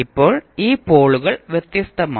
ഇപ്പോൾ ഈ പോളുകൾ വ്യത്യസ്തമാണ്